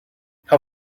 how